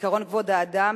עקרון כבוד האדם,